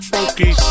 Funky